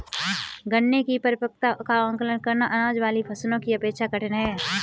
गन्ने की परिपक्वता का आंकलन करना, अनाज वाली फसलों की अपेक्षा कठिन है